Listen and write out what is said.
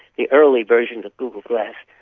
the early versions of google glass,